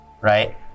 Right